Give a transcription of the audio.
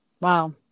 Wow